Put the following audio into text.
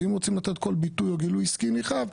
ואם רוצים כל ביטוי או גילוי עסקי נרחב,